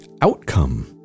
outcome